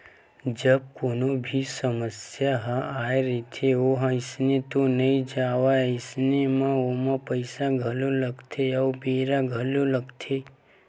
जब कोनो भी समस्या ह आय रहिथे ओहा अइसने तो नइ जावय अइसन म ओमा पइसा घलो लगथे अउ बेरा घलोक लगथे